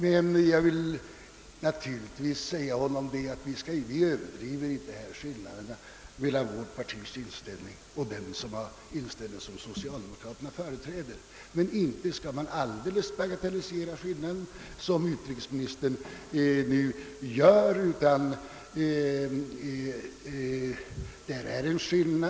Vi överdriver inte skillnaden mellan vårt partis inställning och den inställning som socialdemokraterna företräder, men man skall inte heller alldeles bagatellisera den som utrikesministern gör.